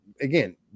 again